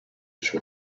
suoi